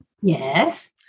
Yes